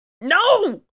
No